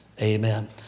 amen